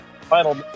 Final